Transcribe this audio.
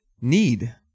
need